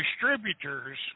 distributors